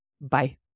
Bye